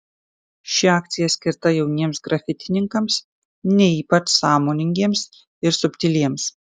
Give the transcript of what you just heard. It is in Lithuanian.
ši akcija skirta jauniems grafitininkams ne ypač sąmoningiems ir subtiliems